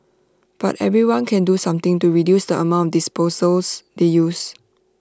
but everyone can do something to reduce the amount disposables they use